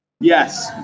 Yes